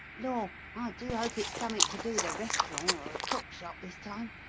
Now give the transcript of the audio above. lor'! i do hope it's summink to do with a restaurant or a cookshop this time.